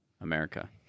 America